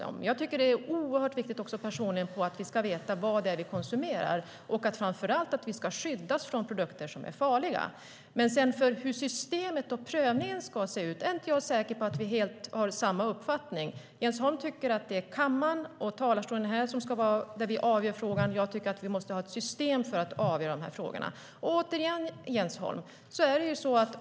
Jag tycker också att det är oerhört viktigt att vi vet vad vi konsumerar och att vi ska skyddas från produkter som är farliga. När det gäller hur systemet och prövningen ska se ut är jag inte säker på att vi har samma uppfattning. Jens Holm tycker att det är här i kammaren som vi ska avgöra frågan. Jag tycker att vi måste ha ett system för att avgöra frågorna.